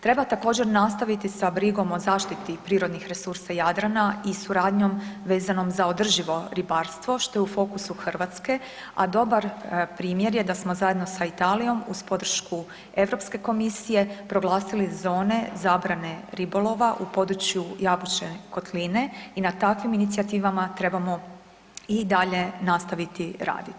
Treba također nastaviti sa brigom o zaštiti prirodnih resursa Jadrana i suradnjom vezanom za održivo ribarstvo što je u fokusu Hrvatske, a dobar primjer da smo zajedno sa Italijom uz podršku Europske komisije proglasili zone zabrane ribolova u području Jabučne kotline i na takvim inicijativama trebamo i dalje nastaviti raditi.